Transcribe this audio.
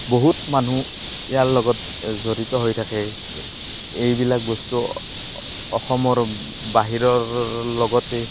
বহুত মানুহ ইয়াৰ লগত জড়িত হৈ থাকে এইবিলাক বস্তু অসমৰ বাহিৰৰ লগতে